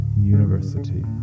University